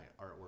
artwork